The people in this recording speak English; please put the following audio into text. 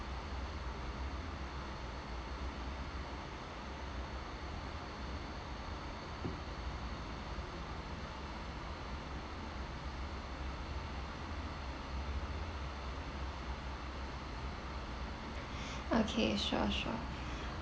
okay sure sure